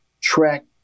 track